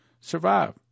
survive